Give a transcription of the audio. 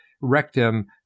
rectum